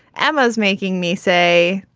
emma's making me say,